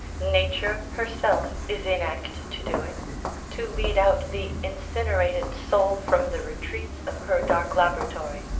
nature herself is in act to do it to lead out the incinerated soul from the retreats of her dark laboratory.